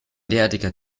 derartiger